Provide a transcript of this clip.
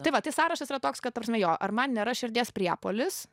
tai vat tai sąrašas yra toks kad ta prasme jo ar man nėra širdies priepuolis